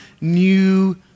new